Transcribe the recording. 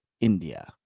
India